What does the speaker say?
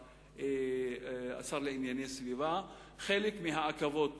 השר לענייני סביבה: חלק מהעיכובים